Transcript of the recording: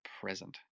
present